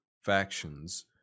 factions